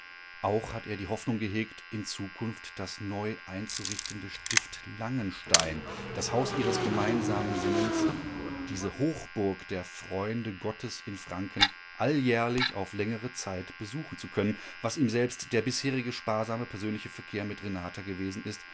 auch hat er die hoffnung gehegt in zukunft das neueinzurichtende stift langenstein das haus ihres gemeinsamen sinnens diese hochburg der freunde gottes in franken alljährlich auf längere zeit besuchen zu können was ihm selbst der bisherige sparsame persönliche verkehr mit renata gewesen ist